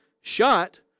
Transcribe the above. shot